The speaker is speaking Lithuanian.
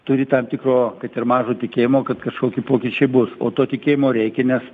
turi tam tikro kad ir mažo tikėjimo kad kažkokį pokyčiai bus o to tikėjimo reikia nes